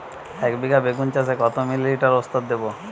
একবিঘা বেগুন চাষে কত মিলি লিটার ওস্তাদ দেবো?